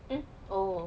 mm oh